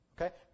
Okay